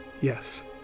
Yes